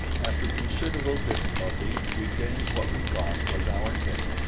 after considerable difficulty we gained what we thought was our cave,